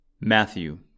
Matthew